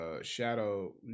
Shadow